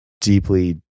deeply